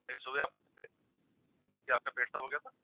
सुबह आप क्या आपका पेट साफ हो गया था